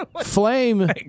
Flame